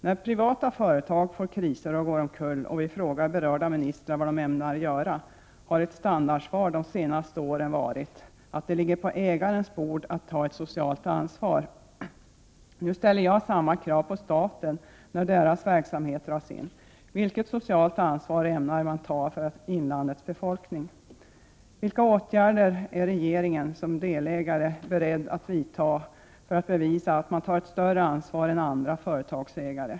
När privata företag kommer i kris och går omkull och vi frågar berörda ministrar vad de ämnar göra, har ett standardsvar de senaste åren varit att det sociala ansvaret ligger på ägarens bord. Nu ställer jag samma krav på staten när statens verksamhet dras in. Vilket socialt ansvar ämnar man ta för inlandets befolkning? Vilka åtgärder är regeringen som delägare beredd att vidta för att bevisa att man tar ett större ansvar än andra företagsägare?